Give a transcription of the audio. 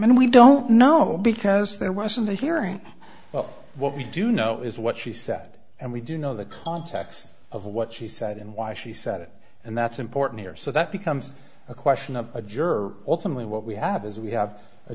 and we don't know because there wasn't a hearing well what we do know is what she said and we do know the context of what she said and why she said it and that's important here so that becomes a question of a juror ultimately what we have is we have a